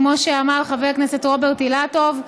כמו שאמר חבר הכנסת רוברט אילטוב,